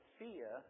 fear